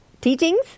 teachings